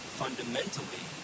fundamentally